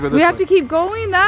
but we have to keep going, that,